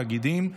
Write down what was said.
תאגידים,